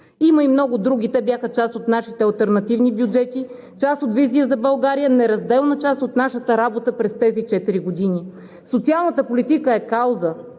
Има много други и бяха част от нашите алтернативни бюджети, част от визията за България и неразделна част от нашата работа през тези четири години. Социалната политика е кауза